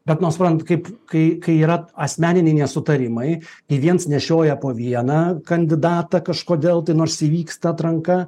bet norsprantu kaip kai kai yra asmeniniai nesutarimai į viens nešioja po vieną kandidatą kažkodėl tai nors įvyksta atranka